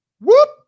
whoop